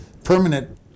permanent